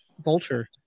Vulture